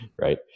right